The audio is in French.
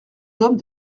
hommes